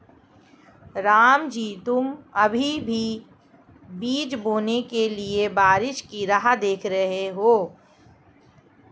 रामजी तुम अभी भी बीज बोने के लिए बारिश की राह देख रहे हो?